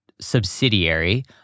subsidiary